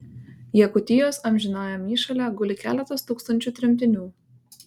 jakutijos amžinajam įšale guli keletas tūkstančių tremtinių